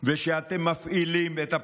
וכשאתם מפעילים את הפרשים,